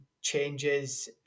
changes